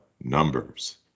numbers